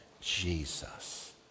Jesus